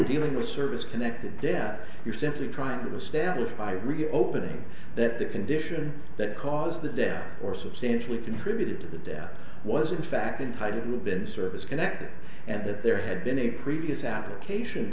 dealing with service connected death you're simply trying to establish by reopening that the condition that caused the death or substantially contributed to the death was in fact inside of the bin service connected and if there had been a previous application